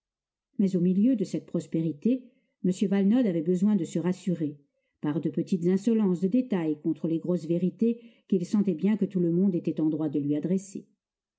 mais au milieu de cette prospérité m valenod avait besoin de se rassurer par de petites insolences de détail contre les grosses vérités qu'il sentait bien que tout le monde était en droit de lui adresser